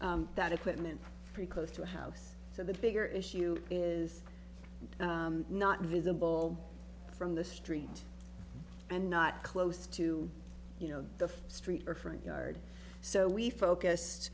have that equipment pretty close to a house so the bigger issue is not visible from the street and not close to you know the street or front yard so we focus